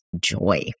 joy